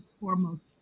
foremost